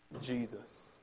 Jesus